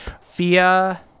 Fia